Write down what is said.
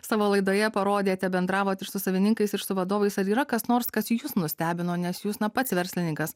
savo laidoje parodėte bendravot ir su savininkais ir su vadovais ar yra kas nors kas jus nustebino nes jūs na pats verslininkas